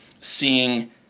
seeing